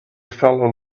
fellow